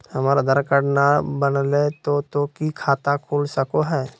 हमर आधार कार्ड न बनलै तो तो की खाता खुल सको है?